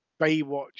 Baywatch